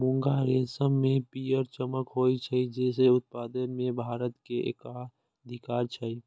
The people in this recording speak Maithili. मूंगा रेशम मे पीयर चमक होइ छै, जेकर उत्पादन मे भारत के एकाधिकार छै